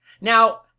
Now